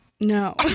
No